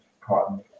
cotton